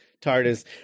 TARDIS